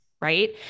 right